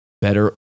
Better